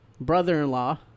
brother-in-law